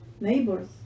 neighbors